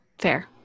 fair